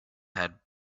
had